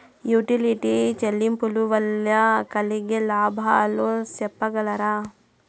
Utility చెల్లింపులు వల్ల కలిగే లాభాలు సెప్పగలరా?